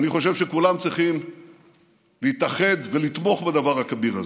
אני חושב שכולם צריכים להתאחד ולתמוך בדבר הכביר הזה.